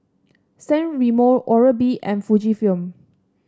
San Remo Oral B and Fujifilm